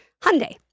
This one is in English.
Hyundai